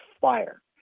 fire